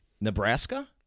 Nebraska